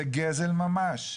זה גזל ממש,